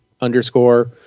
underscore